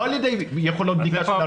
לא על ידי יכולות בדיקה,